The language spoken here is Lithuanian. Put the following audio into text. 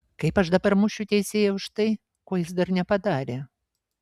kaip aš dabar mušiu teisėją už tai ko jis dar nepadarė